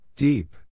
Deep